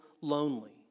lonely